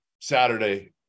saturday